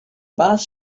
bus